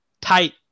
tight